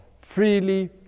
freely